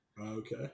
Okay